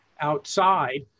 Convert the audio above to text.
outside